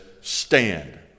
stand